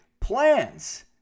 plans